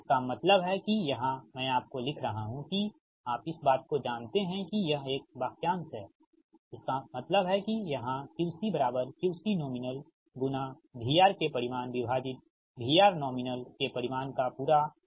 इसका मतलब है कि यहां मैं आपको लिख रहा हूं कि आप इस बात को जानते हैं कि यह एक वाक्यांश है का मतलब है की यहां QC QC nominal गुना VR के परिमाण विभाजित VR नॉमिनल के परिमाण का पूरा वर्ग है